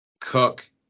Cook